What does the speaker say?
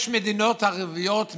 יש מדינות ערביות מתונות,